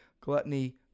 gluttony